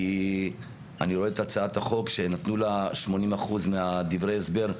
כי אני רואה את הצעת החוק שנתנו לה 80% מדברי ההסבר,